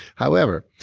however,